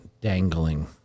dangling